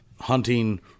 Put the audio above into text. hunting